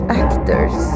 actors